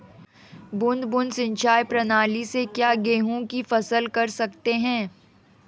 बूंद बूंद सिंचाई प्रणाली से क्या गेहूँ की फसल कर सकते हैं?